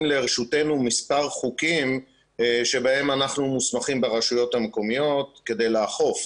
לרשותנו מספר חוקים שבהם אנחנו מוסמכים ברשויות המקומיות כדי לאכוף,